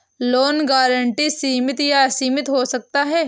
loan guarantee सीमित या असीमित हो सकता है